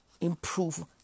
Improve